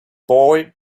boy